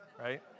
right